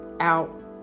out